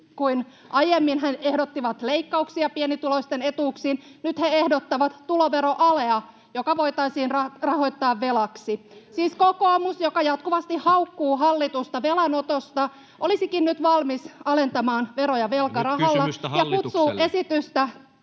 kuin aiemmin, kun he ehdottivat leikkauksia pienituloisten etuuksiin — nyt he ehdottavat tuloveroalea, joka voitaisiin rahoittaa velaksi. [Vasemmalta: Suurituloisille!] Siis kokoomus, joka jatkuvasti haukkuu hallitusta velanotosta, olisikin nyt valmis alentamaan veroja velkarahalla [Puhemies: